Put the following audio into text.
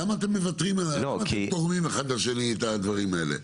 אז למה אתם תורמים אחד לשני את הדברים האלה?